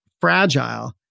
fragile